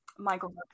Michael